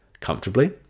comfortably